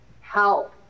help